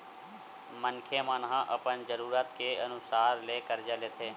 मनखे मन ह अपन जरूरत के अनुसार ले करजा लेथे